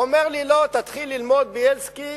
אמר לי: לא, תתחיל ללמוד, בילסקי,